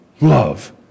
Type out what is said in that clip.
love